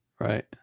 Right